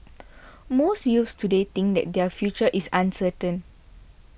most youths today think that their future is uncertain